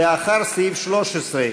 לאחר סעיף 13,